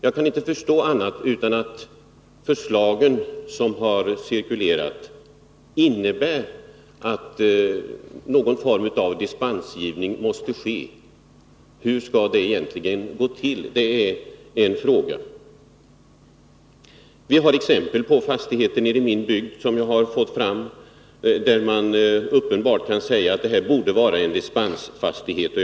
Jag kan inte förstå annat än att de förslag som har cirkulerat innebär att någon form av dispensgivning måste ske. Hur skall den gå till? Jag har exempel på fastigheter i min bygd där man uppenbart kan säga att det borde vara fråga om dispensfastigheter.